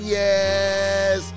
yes